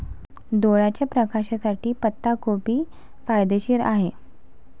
डोळ्याच्या प्रकाशासाठी पत्ताकोबी फायदेशीर आहे